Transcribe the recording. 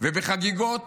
ובחגיגות